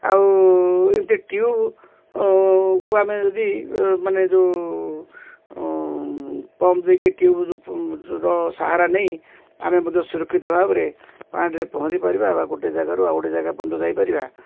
ଆଉ ଏମିତି ଟ୍ୟୁବକୁ ଆମେ ଯଦି ମାନେ ଯେଉଁ ପମ୍ପ ଦେଇକି ଟ୍ୟୁବ ଯେଉଁର ସାହାରା ନେଇ ଆମେ ମଧ୍ୟ ସୁରକ୍ଷିତ ଭାବରେ ପାଣିରେ ପହଁରିପାରିବା ବା ଗୋଟେ ଜାଗାରୁ ଆଉ ଗୋଟେ ଜାଗା ପର୍ଯ୍ୟନ୍ତ ଯାଇପାରିବା